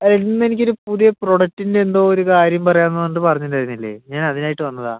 ഇന്ന് എനിക്കൊരു പുതിയ പ്രൊഡക്ടിൻ്റെ എന്തോ ഒരു കാര്യം പറയാമെന്ന് പറഞ്ഞിട്ട് പറഞ്ഞിട്ടുണ്ടായിരിന്നില്ലെ ഞാൻ അതിനായിട്ട് വന്നതാണ്